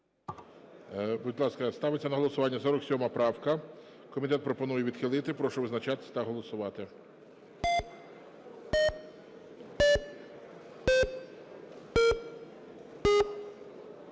Будь ласка, ставиться на голосування 47 правка. Комітет пропонує відхилити. Прошу визначатися та голосувати.